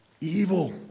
Evil